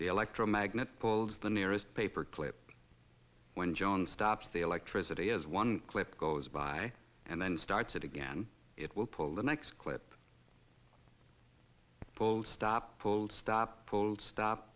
the electromagnet pulls the nearest paper clip when jones stops the electricity as one clip goes by and then starts it again it will pull the next clip full stop full stop stop